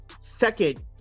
Second